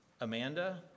Amanda